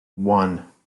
one